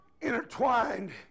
intertwined